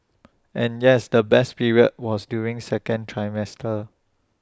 and yes the best period was during second trimester